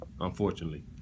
unfortunately